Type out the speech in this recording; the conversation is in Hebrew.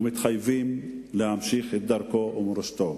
ומתחייבים להמשיך את דרכו ומורשתו,